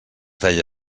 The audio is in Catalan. deia